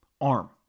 arm